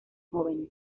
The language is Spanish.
jóvenes